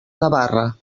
navarra